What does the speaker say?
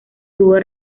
tuvo